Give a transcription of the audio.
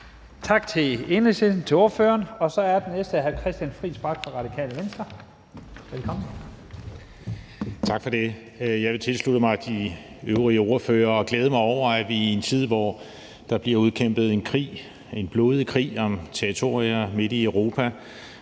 Venstre. Velkommen. Kl. 13:17 (Ordfører) Christian Friis Bach (RV): Tak for det. Jeg vil tilslutte mig de øvrige ordførere og glæde mig over, at vi i en tid, hvor der bliver udkæmpet en krig, en blodig krig om territorier midt i Europa,